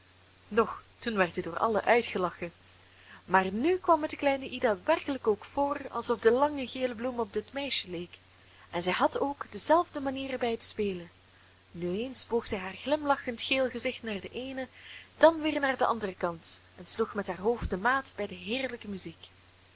doch toen werd hij door allen uitgelachen maar nu kwam het de kleine ida werkelijk ook voor alsof de lange gele bloem op dit meisje leek en zij had ook dezelfde manieren bij het spelen nu eens boog zij haar glimlachend geel gezicht naar den eenen dan weer naar den anderen kant en sloeg met haar hoofd de maat bij de heerlijke muziek